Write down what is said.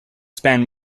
span